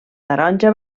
taronja